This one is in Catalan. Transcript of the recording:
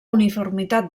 uniformitat